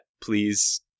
please